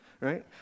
right